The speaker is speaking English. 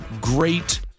great